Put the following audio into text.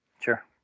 Sure